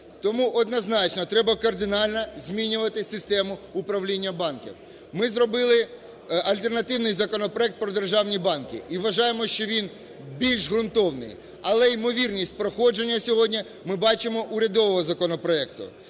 Тому однозначно треба кардинально змінювати систему управління банків. Ми зробили альтернативний законопроект про державні банки і, вважаємо, що він більш ґрунтовний. Але ймовірність проходження сьогодні ми бачимо урядового законопроекту.